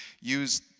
use